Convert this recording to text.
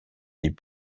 des